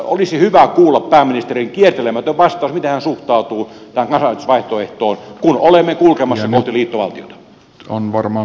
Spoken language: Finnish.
olisi hyvä kuulla pääministerin kiertelemätön vastaus miten hän suhtautuu tähän kansanäänestysvaihtoehtoon kun olemme kulkemassa kohti liittovaltiota